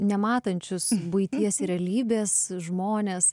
nematančius buities ir realybės žmonės